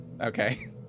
Okay